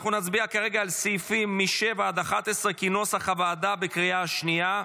אנחנו נצביע כרגע על סעיפים 7 11 כנוסח הוועדה בקריאה שנייה.